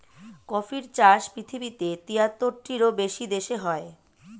কফির চাষ পৃথিবীতে তিয়াত্তরটিরও বেশি দেশে হয়